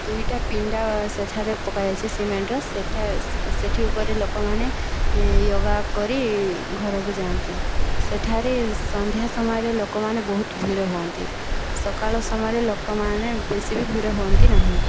ଦୁଇଟା ପିଣ୍ଡା ସେଠାରେ ପକାଯାଇଛି ସିମେଣ୍ଟର ସେଠା ସେଠି ଉପରେ ଲୋକମାନେ ୟୋଗା କରି ଘରକୁ ଯାଆନ୍ତି ସେଠାରେ ସନ୍ଧ୍ୟା ସମୟରେ ଲୋକମାନେ ବହୁତ ଭିଡ଼ ହୁଅନ୍ତି ସକାଳ ସମୟରେ ଲୋକମାନେ ବେଶୀ ବି ଭିଡ଼ ହୁଅନ୍ତି ନାହିଁ